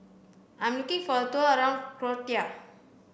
I'm looking for a tour around Croatia